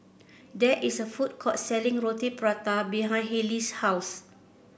there is a food court selling Roti Prata behind Halie's house